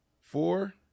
Four